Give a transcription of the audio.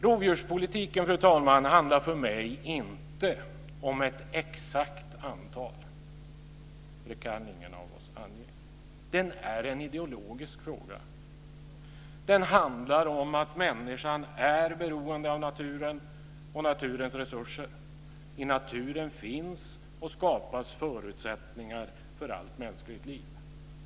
Rovdjurspolitiken handlar för mig inte om ett exakt antal. Det kan ingen av oss ange. Den är en ideologisk fråga. Det handlar om att människan är beroende av naturen och dess resurser. I naturen finns och skapas förutsättningar för allt mänskligt liv.